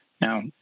Now